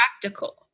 practical